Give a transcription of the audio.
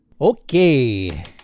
Okay